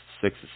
six